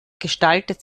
gestaltet